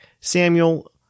Samuel